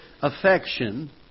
affection